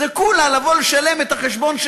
זה כולה לבוא לשלם את החשבון,